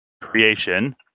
creation